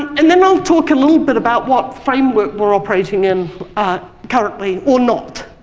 and then i'll talk a little bit about what framework we're operating in currently or not.